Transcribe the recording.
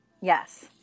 Yes